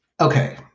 Okay